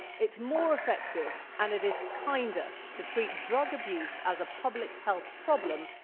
it's more effective, and it is kinder to treat drug abuse as a public health problem,